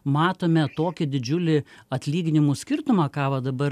matome tokį didžiulį atlyginimų skirtumą ką va dabar